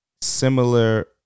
Similar